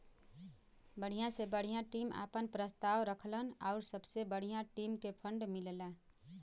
बढ़िया से बढ़िया टीम आपन प्रस्ताव रखलन आउर सबसे बढ़िया टीम के फ़ंड मिलला